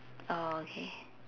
oh K